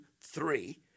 three